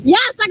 Yes